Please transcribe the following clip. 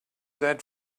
that